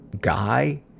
guy